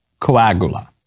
coagula